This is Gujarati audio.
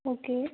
ઓકે